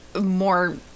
more